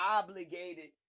obligated